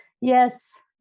Yes